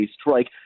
strike